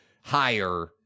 higher